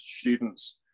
students